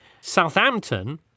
Southampton